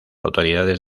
autoridades